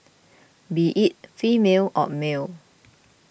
be it female or male